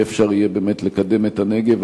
לא יהיה אפשר לקדם את הנגב.